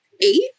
eight